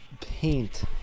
paint